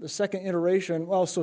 the second iteration also